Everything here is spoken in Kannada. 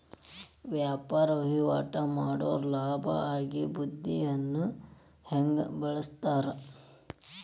ವ್ಯಾಪಾರ್ ವಹಿವಾಟ್ ಮಾಡೋರ್ ಲಾಭ ಆಗಿ ಬಂದಿದ್ದನ್ನ ಹೆಂಗ್ ಬಳಸ್ತಾರ